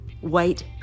white